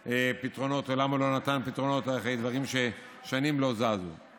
ולמה הוא לא נתן פתרונות לדברים שלא זזו שנים.